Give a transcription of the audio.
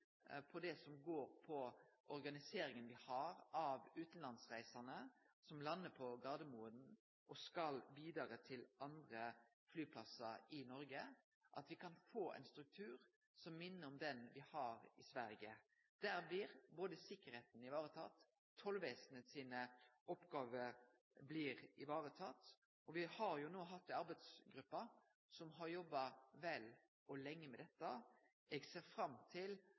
på det som går på organiseringa av reisande frå utlandet som landar på Gardermoen og skal vidare til andre flyplassar i Noreg, at me kan få ein struktur som minner om den me har i Sverige. Der blir både sikkerheita vareteken og Tollvesenet sine oppgåver blir varetekne. Me har hatt ei arbeidsgruppe som har jobba vel og lenge med dette. Eg ser fram til